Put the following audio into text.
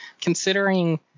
Considering